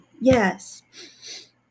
yes